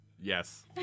Yes